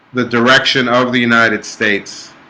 the direction of the united states